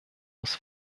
muss